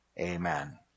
Amen